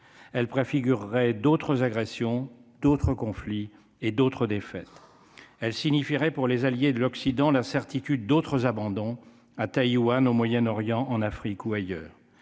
elle préfigurerait d'autres agressions d'autres conflits et d'autres défaite elle signifierait pour les alliés de l'Occident, la certitude d'autres abandons à Taïwan au Moyen-Orient, en Afrique ou ailleurs,